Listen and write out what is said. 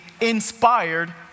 inspired